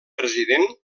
president